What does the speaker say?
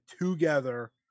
together